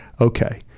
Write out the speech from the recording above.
okay